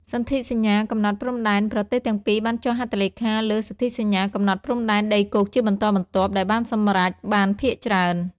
សន្ធិសញ្ញាកំណត់ព្រំដែន ប្រទេសទាំងពីរបានចុះហត្ថលេខាលើសន្ធិសញ្ញាកំណត់ព្រំដែនដីគោកជាបន្តបន្ទាប់ ដែលបានសម្រេចបានភាគច្រើន។